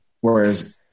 whereas